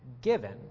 given